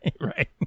Right